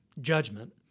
judgment